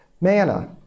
manna